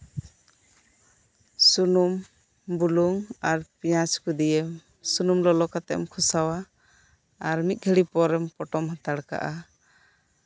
ᱥᱩᱱᱩᱢ ᱵᱩᱞᱩᱝ ᱟᱨ ᱯᱮᱸᱭᱟᱡᱽ ᱠᱚ ᱫᱤᱭᱮᱢ ᱥᱩᱱᱩᱢ ᱞᱚᱞᱚ ᱠᱟᱛᱮᱢ ᱠᱚᱥᱟᱣᱟ ᱟᱨ ᱢᱤᱫ ᱜᱷᱟᱹᱲᱤ ᱯᱚᱨᱮᱢ ᱯᱚᱴᱚᱢ ᱦᱟᱛᱟᱲ ᱠᱟᱜᱼᱟ